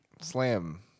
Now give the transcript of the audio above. Slam